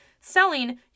selling